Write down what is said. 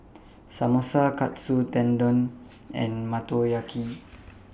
Samosa Katsu Tendon and Motoyaki